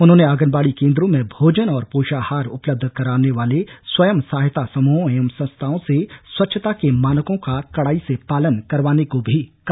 उन्होंने आंगनबाड़ी केन्द्रों में भोजन और पोषाहार उपलब्ध करवाने वाले स्वयं सहायता समूहों एवं संस्थाओं से स्वच्छता के मानकों का कड़ाई से पालन करवाने को भी कहा